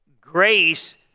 grace